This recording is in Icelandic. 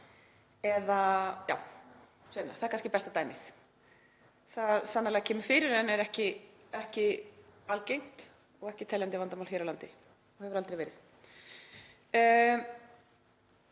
aftur, það er kannski besta dæmið. Það kemur sannarlega fyrir en er ekki algengt og ekki teljandi vandamál hér á landi og hefur aldrei verið.